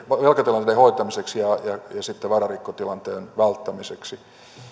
velkatilanteiden hoitamiseksi ja vararikkotilanteen välttämiseksi